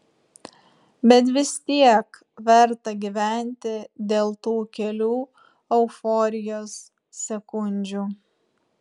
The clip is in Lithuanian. bet vis tiek verta gyventi dėl tų kelių euforijos sekundžių